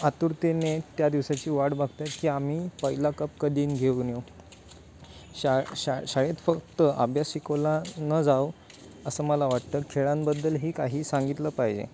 आतुरतेने त्या दिवसाची वाट बघत आहेत की आम्ही पहिला कप कधी घेऊन येऊ शा शा शाळेत फक्त अभ्यास शिकवला न जाओ असं मला वाटतं खेळांबद्दल ही काही सांगितलं पाहिजे